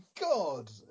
God